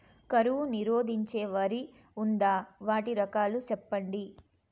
కరువు నిరోధించే వరి ఉందా? వాటి రకాలు చెప్పండి?